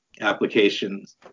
applications